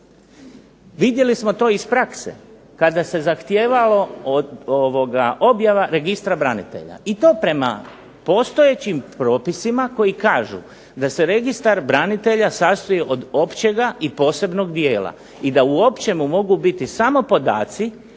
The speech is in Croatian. Vidjeli smo to iz prakse kada se zahtijevalo od objava Registra branitelja i to po postojećim propisima koji kažu da se registar branitelja sastoji od općeg i posebnog dijela i da u općem mogu biti samo podaci